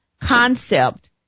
concept